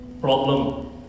problem